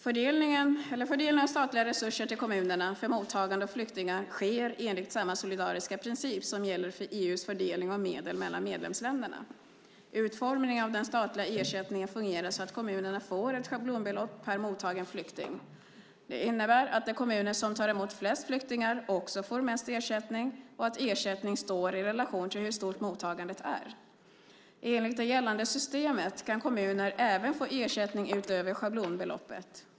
Fördelning av statliga resurser till kommunerna för mottagande av flyktingar sker enligt samma solidariska princip som gäller för EU:s fördelning av medel mellan medlemsländerna. Utformningen av den statliga ersättningen fungerar så att kommunerna får ett schablonbelopp per mottagen flykting. Det innebär att de kommuner som tar emot flest flyktingar också får mest ersättning och att ersättningen står i relation till hur stort mottagandet är. Enligt det gällande systemet kan kommuner även få ersättning utöver schablonbeloppet.